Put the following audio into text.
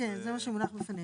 כן, זה מה שמונח בפנינו.